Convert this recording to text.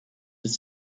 ist